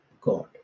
God